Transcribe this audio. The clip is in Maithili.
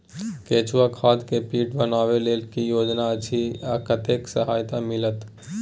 केचुआ खाद के पीट बनाबै लेल की योजना अछि आ कतेक सहायता मिलत?